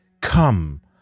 Come